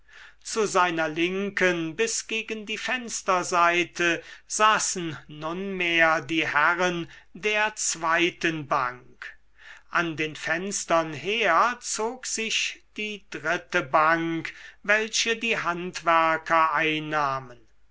zu seiner linken bis gegen die fensterseite saßen nunmehr die herren der zweiten bank an den fenstern her zog sich die dritte bank welche die handwerker einnahmen